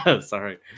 Sorry